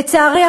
לצערי,